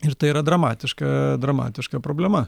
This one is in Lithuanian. ir tai yra dramatiška dramatiška problema